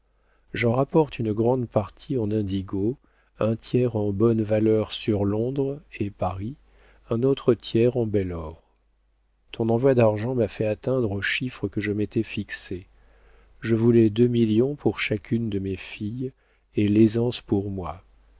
j'en rapporte une grande partie en indigo un tiers en bonnes valeurs sur londres et paris un autre tiers en bel or ton envoi d'argent m'a fait atteindre au chiffre que je m'étais fixé je voulais deux millions pour chacune de mes filles et l'aisance pour moi